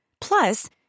Plus